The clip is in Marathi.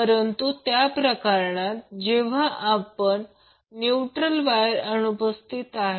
परंतु त्या प्रकरणात जेव्हा न्यूट्रल वायर अनुपस्थित आहे